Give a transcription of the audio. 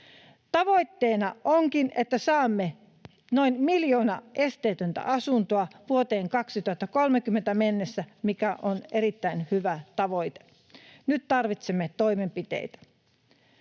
Tavoitteena onkin, että saamme noin miljoona esteetöntä asuntoa vuoteen 2030 mennessä, mikä on erittäin hyvä tavoite. Nyt tarvitsemme toimenpiteitä.